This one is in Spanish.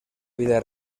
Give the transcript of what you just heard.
vida